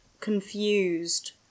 confused